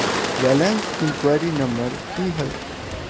Balance enquiry number की है?